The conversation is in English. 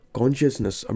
consciousness